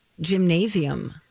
gymnasium